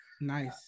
Nice